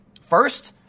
First